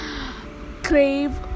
crave